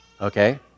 Okay